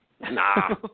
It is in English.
Nah